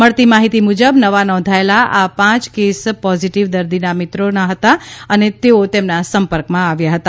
મળતી માહિતી મુજબ નવા નોંધાયેલા આ પાંચ કેસ પોઝીટીવ દર્દીના મિત્રો હતા અને તેઓ તેમના સંપર્કમાં આવ્યા હતા